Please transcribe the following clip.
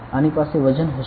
આની પાસે વજન હશે